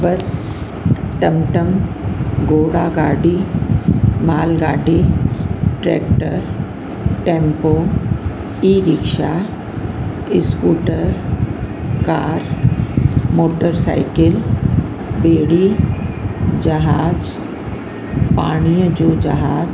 बस टमटम गोड़ा गाॾी माल गाडी tractor tempo e rickshaw scooter car motorcycle ॿेड़ी जहाज पाणीअ जो जहाज